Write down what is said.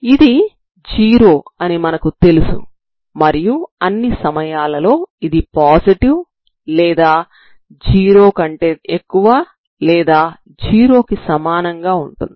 ఇది 0 అని మనకు తెలుసు మరియు అన్ని సమయాలలో ఇది పాజిటివ్ లేదా 0 కంటే ఎక్కువ లేదా 0 కి సమానంగా ఉంటుంది